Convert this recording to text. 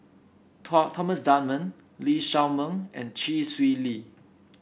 Thomas Dunman Lee Shao Meng and Chee Swee Lee